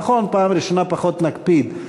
בפעם הראשונה פחות נקפיד.